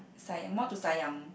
sayang more to sayang